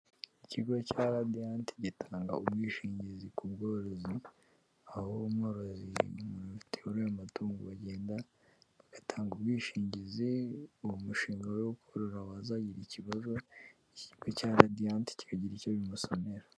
Ikigo cya Radiant gitanga ubwishingizi ku bworozi, aho umworozi n'umuntu woroye amatungo, bagenda bagatanga ubwishingizi, uwo mushinga we wo korora wazagira ikibazo, iki kigo cya Radiant kikagira icyo bimusonera.